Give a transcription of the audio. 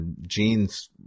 Gene's